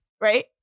right